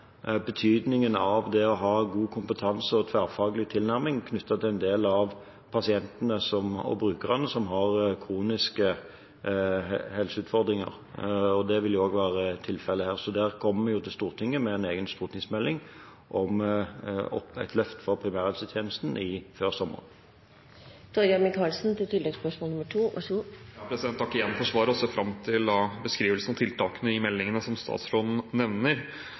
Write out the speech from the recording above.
betydningen av det å ha god kompetanse og tverrfaglig tilnærming knyttet til de av pasientene og brukerne som har kroniske helseutfordringer, og det vil jo også være tilfellet her. Så når det gjelder dette, kommer vi til Stortinget med en egen stortingsmelding om et løft for primærhelsetjenesten før sommeren. Jeg takker igjen for svaret og ser fram til beskrivelsen og tiltakene i meldingen som statsråden nevner.